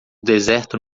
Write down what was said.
deserto